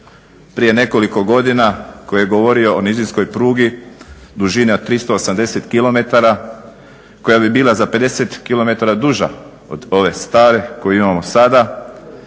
prije nekoliko godina koji je govorio o nizinskoj prugi dužine od 380km koja bi bila za 50km duža od ove stare koju imamo sada,